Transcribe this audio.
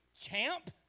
champ